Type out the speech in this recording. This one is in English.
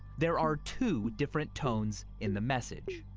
there are two different tones in the message.